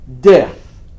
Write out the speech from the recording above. death